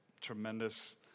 tremendous